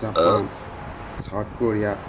Japan South Korea